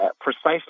precisely